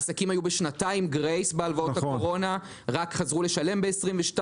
העסקים היו בשנתיים Grace בהלוואות הקורונה ורק חזרו לשלם ב-2022.